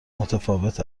متفاوت